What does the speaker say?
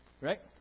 Right